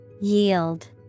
Yield